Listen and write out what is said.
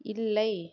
இல்லை